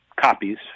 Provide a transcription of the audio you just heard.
copies